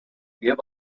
give